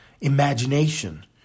imagination